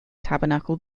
tabernacle